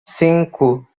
cinco